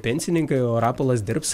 pensininkai o rapolas dirbs